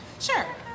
Sure